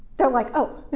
they're like, oh,